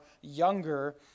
younger